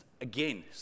Again